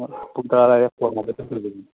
ꯄꯨꯡ ꯇꯔꯥ ꯑꯗꯨꯋꯥꯏꯗ ꯀꯣꯜ ꯍꯥꯏꯐꯦꯠꯇꯪ ꯇꯧꯕꯤꯔꯛꯎꯅꯦ